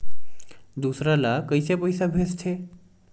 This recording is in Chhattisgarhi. दूसरा ला कइसे पईसा भेजथे?